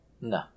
No